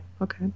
Okay